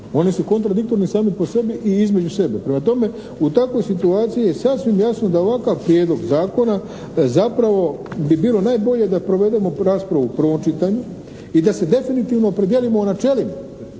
Oni su kontradiktorni sami po sebi i između sebe. Prema tome, u takvoj situaciji je sasvim jasno da ovakav prijedlog zakona, da zapravo bi bilo najbolje da provedemo raspravu u prvom čitanju i da se definitivno opredijelimo o načelima,